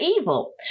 evil